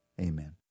amen